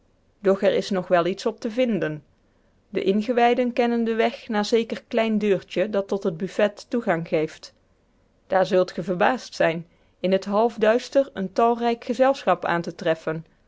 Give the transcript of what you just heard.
doch er is nog wel iets op te vinden de ingewijden kennen den weg naar zeker klein deurtje dat tot het buffet toegang geeft daar zult ge verbaasd zijn in het half duister een talrijk gezelschap aan te treffen